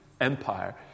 Empire